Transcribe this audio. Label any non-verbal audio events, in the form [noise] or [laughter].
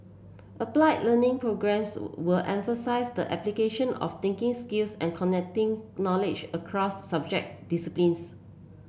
applied Learning programmes [unintelligible] will emphasise the application of thinking skills and connecting knowledge across subject disciplines